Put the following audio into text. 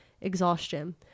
exhaustion